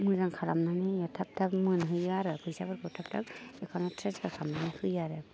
मोजां खालामनानै होयो थाब थाब मोनहोयो आरो फैसाफोरखौ थाब थाब एकाउन्टआव ट्रेन्सफार खालामना होयो आरो